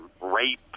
rape